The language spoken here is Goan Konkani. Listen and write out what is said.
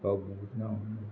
गोंय ना